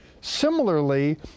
Similarly